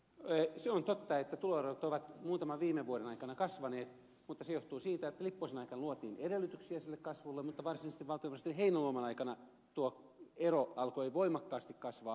se on totta että tuloerot ovat muutaman viime vuoden aikana kasvaneet mutta se johtuu siitä että lipposen aikana luotiin edellytyksiä sille kasvulle mutta varsinaisesti valtiovarainministeri heinäluoman aikana tuo ero alkoi voimakkaasti kasvaa